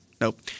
Nope